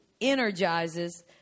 energizes